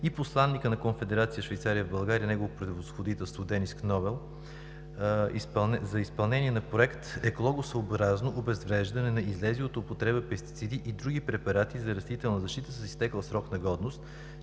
и посланика на Конфедерация Швейцария в България негово превъзходителство Денис Кнобел за изпълнение на Проект „Екологосъобразно обезвреждане на излезли от употреба пестициди и други препарати за растителна защита с изтекъл срок на годност“,